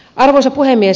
arvoisa puhemies